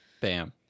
Bam